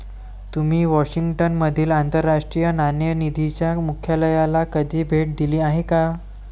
तुम्ही वॉशिंग्टन मधील आंतरराष्ट्रीय नाणेनिधीच्या मुख्यालयाला कधी भेट दिली आहे का?